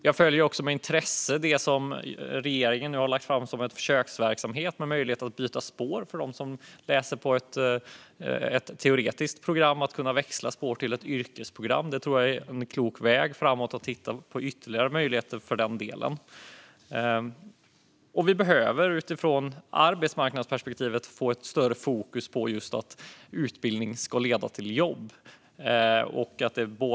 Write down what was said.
Jag följer också med intresse det som regeringen nu har lagt fram som en försöksverksamhet: möjligheten att byta spår till ett yrkesprogram för dem som läser på ett teoretiskt program. Jag tror att det är en klok väg framåt att titta på ytterligare möjligheter för detta. Vi behöver utifrån arbetsmarknadsperspektivet få ett större fokus på att utbildning ska leda till jobb.